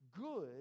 good